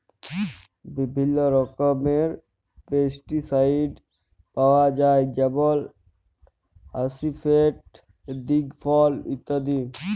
বিভিল্ল্য রকমের পেস্টিসাইড পাউয়া যায় যেমল আসিফেট, দিগফল ইত্যাদি